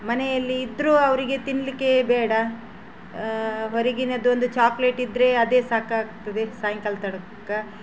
ಮನೆಯಲ್ಲಿ ಇದ್ದರೂ ಅವರಿಗೆ ತಿನ್ನಲಿಕ್ಕೆ ಬೇಡ ಹೊರಗಿನದ್ದೊಂದು ಚಾಕ್ಲೇಟ್ ಇದ್ದರೆ ಅದೇ ಸಾಕಾಗ್ತದೆ ಸಾಯಂಕಾಲ ತನ್ಕ